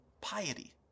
piety